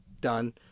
done